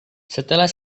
setelah